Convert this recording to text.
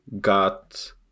got